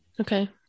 Okay